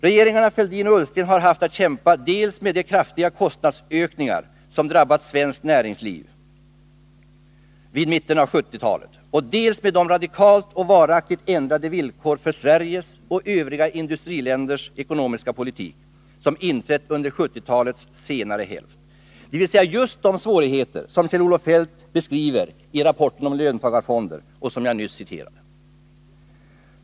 Regeringarna Fälldin och Ullsten har haft att kämpa dels med de kraftiga kostnadsökningar som drabbade svenskt näringsliv från mitten på 1970-talet, dels med de radikalt och varaktigt ändrade villkor för Sveriges och övriga industriländers ekonomiska politik som inträtt under 1970-talets senare hälft, dvs. just de svårigheter som Kjell-Olof Feldt beskriver i rapporten om löntagarfonder och som jag nyss citerade.